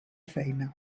feina